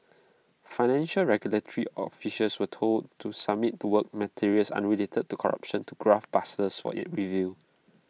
financial regulatory officials were being told to submit the work materials unrelated to corruption to graft busters for in review